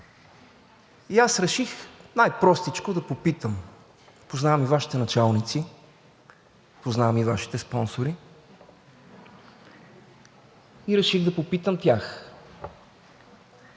и аз реших най-простичко да попитам – познавам и Вашите началници, познавам и Вашите спонсори, и реших да попитам тях: